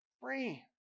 free